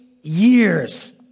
years